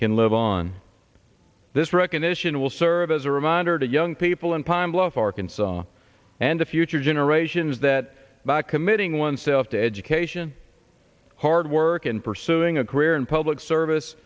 can live on this recognition will serve as a reminder to young people in pine bluff arkansas and to future generations that by committing oneself to education hard work and pursuing a career in public service